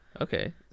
Okay